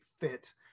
fit